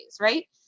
right